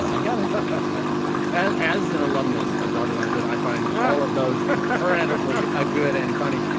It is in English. i got it as an alumnus of the harvard lampoon, i find all of those incredibly ah good and funny.